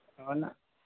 ورنہ